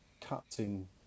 cutting